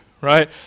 right